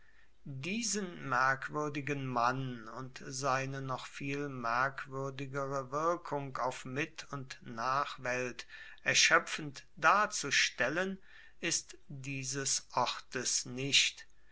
diesen merkwuerdigen mann und seine noch viel merkwuerdigere wirkung auf mit und nachwelt erschoepfend darzustellen ist dieses ortes nicht